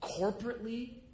corporately